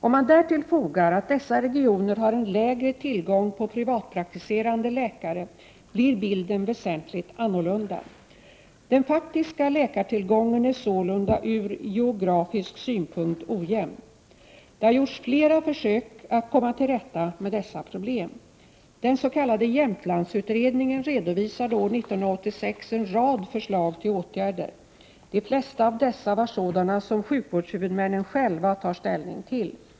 Om man därtill fogar att dessa regioner har en lägre tillgång på privatpraktiserande läkare blir bilden väsentligt annorlunda. Den faktiska läkartillgången är sålunda ur geografisk synpunkt ojämn. Det har gjorts flera försök att komma till rätta med dessa problem. Den s.k. Jämtlandsutredningen redovisade år 1986 en rad förslag till åtgärder. De flesta av dessa var sådana som sjukvårdshuvudmännen själva tar ställning till.